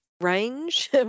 range